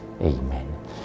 Amen